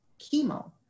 chemo